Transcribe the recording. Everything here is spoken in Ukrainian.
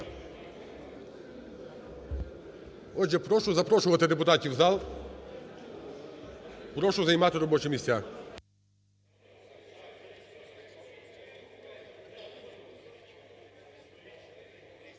Отже, прошу запрошувати депутатів в зал. Прошу займати робочі місця.